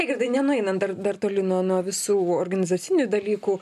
eigirdai nenueinant dar dar toli nuo nuo visų organizacinių dalykų